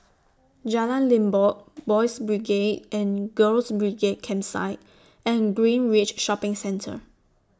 Jalan Limbok Boys' Brigade and Girls' Brigade Campsite and Greenridge Shopping Centre